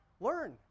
Learn